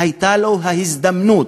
והייתה לו ההזדמנות,